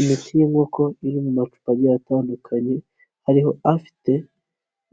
Imiti y'inkoko iri mu macupa agiye atandukanye, hari afite